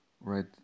Right